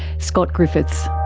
scott griffiths.